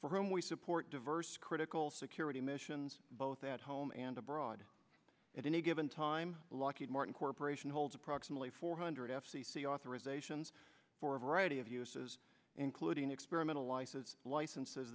for whom we support diverse critical security missions both at home and abroad at any given time lockheed martin corp holds approximately four hundred f c c authorizations for a variety of uses including experimental ices licenses